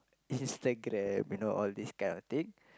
Instagram you know all this kind of thing